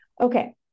Okay